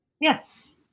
Yes